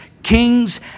kings